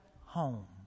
home